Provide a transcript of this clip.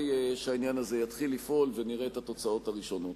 שהעניין הזה יתחיל לפעול ונראה את התוצאות הראשונות.